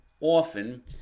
often